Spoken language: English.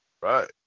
Right